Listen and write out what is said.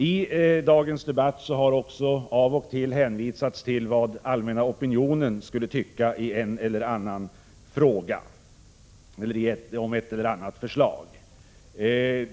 I dagens debatt har också av och till hänvisats till vad allmänna opinionen skulle tycka om ett eller annat förslag.